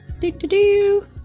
Do-do-do